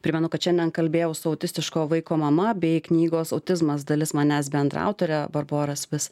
primenu kad šiandien kalbėjau su autistiško vaiko mama bei knygos autizmas dalis manęs bendraautore barbora spis